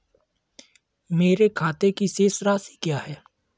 मेरे खाते की शेष राशि क्या है?